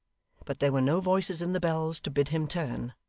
but there were no voices in the bells to bid him turn.